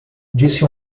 disse